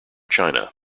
china